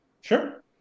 Sure